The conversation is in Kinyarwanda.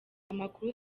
amakuru